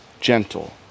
gentle